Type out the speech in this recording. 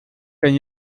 denn